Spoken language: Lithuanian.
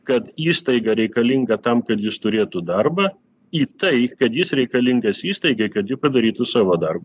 kad įstaiga reikalinga tam kad jis turėtų darbą į tai kad jis reikalingas įstaigai kad ji padarytų savo darbą